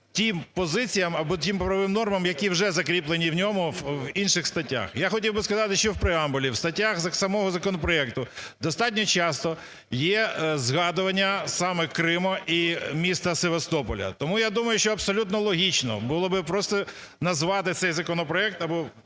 тим позиціям або тим правовим нормам, які вже закріплені в ньому в інших статтях. Я хотів би сказати, що в преамбулі, в статтях самого законопроекту достатньо часто є згадування саме Криму і міста Севастополя. Тому я думаю, що абсолютно логічно було би просто назвати цей законопроект або